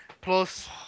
plus